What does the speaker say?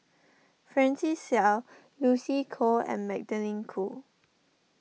Francis Seow Lucy Koh and Magdalene Khoo